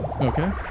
Okay